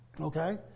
Okay